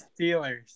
Steelers